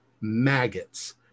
maggots